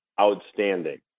outstanding